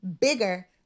bigger